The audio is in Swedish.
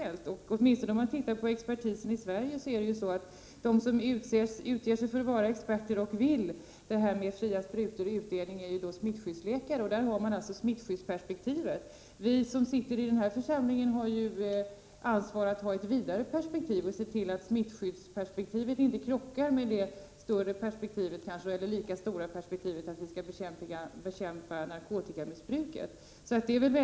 Mycket av denna debatt visar att det är mycket svårt att överlämna stora samhällsfrågor till experter. Experter har en tendens till ett snävare synfält. En grupp som utger sig för att vara experter och har uppfattningar om att man skall dela ut fria sprutor är smittskyddsläkare. De har alltså ett smittskyddsperspektiv. Vi som sitter i denna församling har ju ansvaret för ett vidare perspektiv och för att se till att smittskyddsperspektivet inte krockar med det lika stora perspektivet att bekämpa narkotikamissbruket.